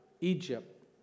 Egypt